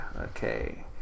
okay